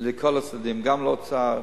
לכל הצדדים גם לאוצר,